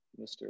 Mr